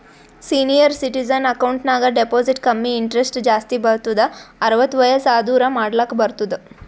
senior citizen account ನಾಗ್ deposit ಕಮ್ಮಿ interest ಜಾಸ್ತಿ ಬರ್ತುದ್ ಅರ್ವತ್ತ್ ವಯಸ್ಸ್ ಆದೂರ್ ಮಾಡ್ಲಾಕ ಬರ್ತುದ್